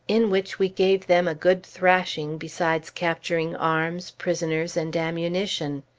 in which we gave them a good thrashing, besides capturing arms, prisoners, and ammunition.